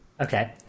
okay